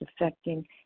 affecting